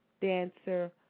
dancer